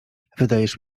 wydajesz